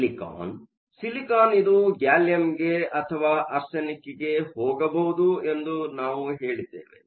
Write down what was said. silicon silicon ಇದು ಗ್ಯಾಲಿಯಂಗೆ ಅಥವಾ ಆರ್ಸೆನಿಕ್ಗೆ ಹೋಗಬಹುದು ಎಂದು ನಾವು ಹೇಳಿದ್ದೇವೆ